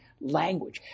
language